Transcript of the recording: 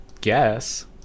guess